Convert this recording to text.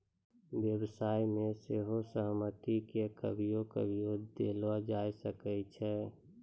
व्यवसाय मे सेहो सहमति के कभियो कभियो देलो जाय सकै छै